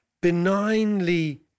benignly